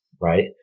right